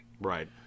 Right